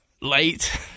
Late